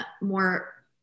more